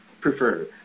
prefer